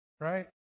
Right